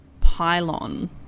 pylon